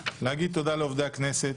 להגיד תודה לעובדי הכנסת